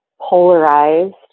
polarized